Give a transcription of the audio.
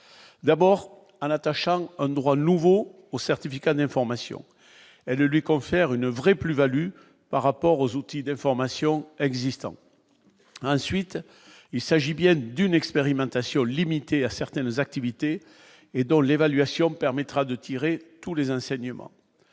d'abord à la tâche à un droit nouveau au certificat d'information, elle lui confère une vraie plus-Value par rapport aux outils de formation existants, ensuite il s'agit bien d'une expérimentation limitée à certaines activités et dans l'évaluation permettra de tirer tous les hein saignement